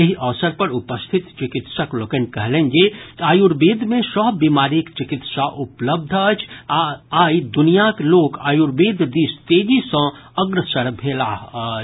एहि अवसर पर उपरिथत चिकित्सक लोकनि कहलनि जे आयुर्वेद मे सभ बीमारीक चिकित्सा उपलब्ध अछि आ आइ दुनियाक लोक आयुर्वेद दिस तेजी सँ अग्रसर भेलाह अछि